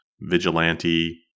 vigilante